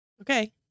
okay